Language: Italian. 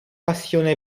passione